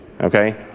Okay